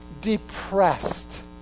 depressed